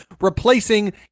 replacing